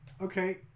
Okay